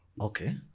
Okay